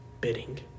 bidding